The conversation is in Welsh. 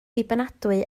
dibynadwy